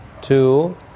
Two